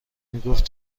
میگفت